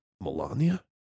Melania